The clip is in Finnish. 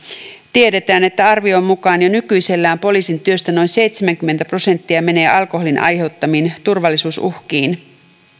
tiedetään että arvion mukaan jo nykyisellään poliisin työstä noin seitsemänkymmentä prosenttia menee alkoholin aiheuttamiin turvallisuusuhkiin